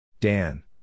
Dan